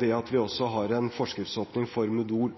Det at vi også har en forskriftsåpning for